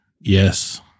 yes